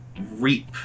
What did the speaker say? reap